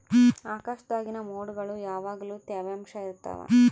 ಆಕಾಶ್ದಾಗಿನ ಮೊಡ್ಗುಳು ಯಾವಗ್ಲು ತ್ಯವಾಂಶ ಇರ್ತವ